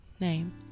name